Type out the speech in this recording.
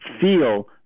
feel